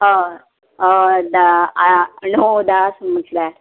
हय हय धा आं णव दा म्हटल्यार